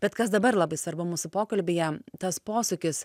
bet kas dabar labai svarbu mūsų pokalbyje tas posūkis